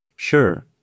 Sure